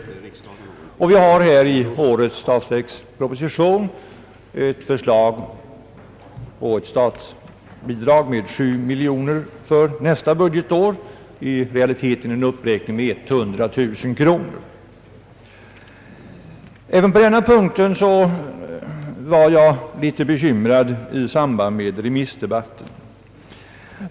I årets statsverksproposition upptas ett förslag till statsbidrag med 7 miljoner kronor för nästa budgetår, i realiteten en uppräkning med 100 000 kronor. även på denna punkt var jag litet bekymrad i samband med remissdebatten.